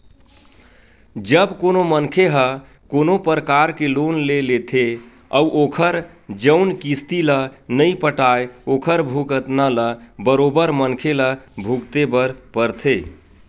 जब कोनो मनखे ह कोनो परकार के लोन ले लेथे अउ ओखर जउन किस्ती ल नइ पटाय ओखर भुगतना ल बरोबर मनखे ल भुगते बर परथे